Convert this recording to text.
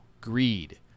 greed